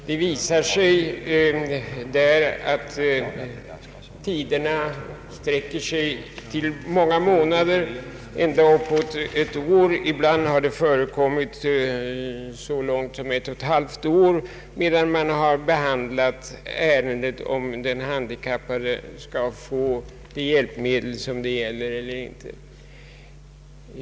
Det kan röra sig om många månader, ja ända upp till ett år. Ibland har det till och med tagit så lång tid som ett och ett halvt år innan man slutbehandlat frågan om huruvida den handikappade skulle få det aktuella hjälpmedlet eller inte.